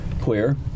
Queer